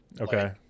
okay